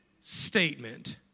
statement